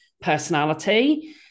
personality